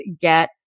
get